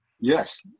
Yes